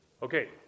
Okay